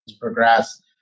progress